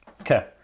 Okay